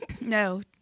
No